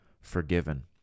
forgiven